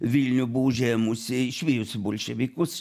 vilnių buvo užėmusi išvijusi bolševikus